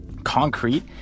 Concrete